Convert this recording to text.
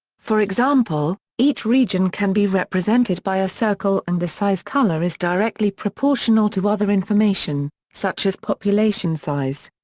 for example, each region can be represented by a circle and the size color is directly proportional to other information, such as population size.